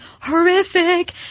horrific